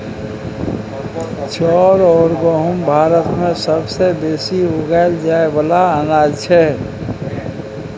चाउर अउर गहुँम भारत मे सबसे बेसी उगाएल जाए वाला अनाज छै